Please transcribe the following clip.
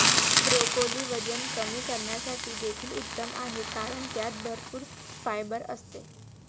broccoli वजन कमी करण्यासाठी देखील उत्तम आहे कारण त्यात भरपूर फायबर असते